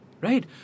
Right